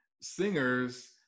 singers